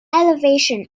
elevation